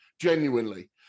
genuinely